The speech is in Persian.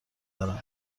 دارم